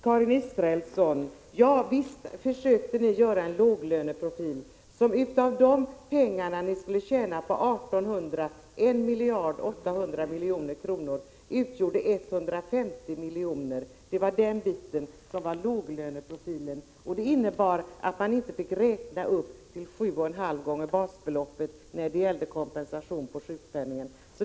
Karin Israelsson, visst försökte ni göra en låglöneprofil. Av de 1 800 milj.kr. som ni skulle tjäna in utgjorde 150 milj.kr. låglöneprofilen, och då fick man inte räkna upp till 7,5 gånger basbeloppet när det gällde kompensation på sjukpenningen.